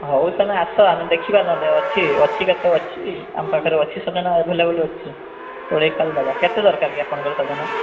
ହଉ ତମେ ଆସ ଆମେ ଦେଖିବା ନହେଲେ ଅଛି କେତେ ଅଛି ଆମ ପାଖରେ ସଜନା ଆଭେଲେବୁଲ୍ ଅଛି ତୋଳିକି ଖାଲି ଦେବା କେତେ ଦରକାର କି ଆପଣଙ୍କର ସଜନା